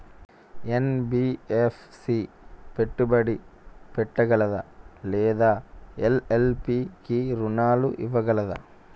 NBFC పెట్టుబడి పెట్టగలదా లేదా ఎల్.ఎల్.పి కి రుణాలు ఇవ్వగలదా?